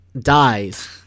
dies